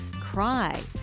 cry